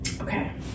Okay